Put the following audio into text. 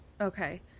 okay